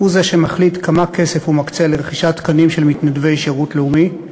הוא שמחליט כמה כסף הוא מקצה לרכישת תקנים של מתנדבי שירות לאומי.